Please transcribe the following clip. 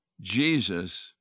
Jesus